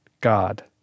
God